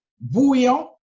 bouillon